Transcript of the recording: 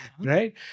right